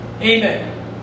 Amen